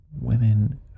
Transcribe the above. Women